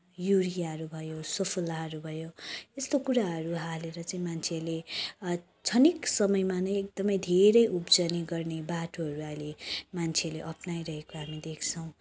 युरियाहरू भयो सोसलाहरू भयो यस्तो कुराहरू हालेर चाहिँ मान्छेहरूले क्षणिक समयमा नै एकदमै धेरै उब्जनी गर्ने बाटोहरू अहिले मान्छे अप्नाइरहेको हामी देख्छौँ